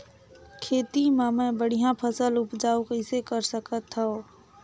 खेती म मै बढ़िया फसल उपजाऊ कइसे कर सकत थव?